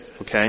Okay